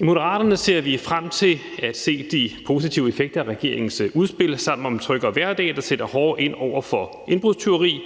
I Moderaterne ser vi frem til at se de positive effekter af regeringens udspil »Sammen om en Tryggere Hverdag«, der sætter hårdere ind over for indbrudstyveri.